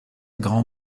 grand